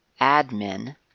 admin